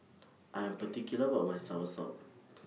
I Am particular about My Soursop